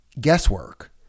guesswork